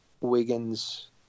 Wiggins